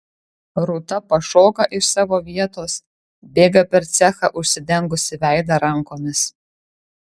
rūta pašoka iš savo vietos bėga per cechą užsidengusi veidą rankomis